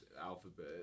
alphabet